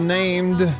named